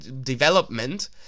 development